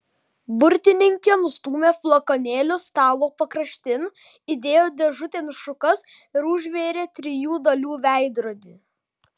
burtininkė nustūmė flakonėlius stalo pakraštin įdėjo dėžutėn šukas ir užvėrė trijų dalių veidrodį